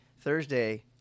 Thursday